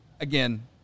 Again